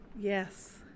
Yes